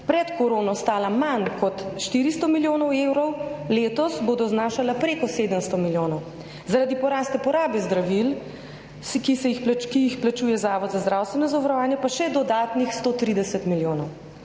pred korono stala manj kot 400 milijonov evrov, letos bodo znašala preko 700 milijonov, zaradi porasta porabe zdravil, ki jih plačuje Zavod za zdravstveno zavarovanje, pa še dodatnih 130 milijonov.